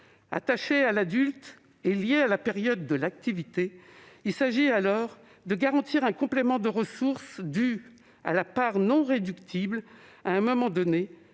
attachée à l'adulte et liée à la période de l'activité. Il s'agit alors de garantir un complément de ressources dû à la part non réductible à un moment donné